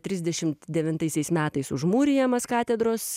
trisdešimt devintaisiais metais užmūrijamas katedros